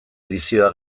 edizioa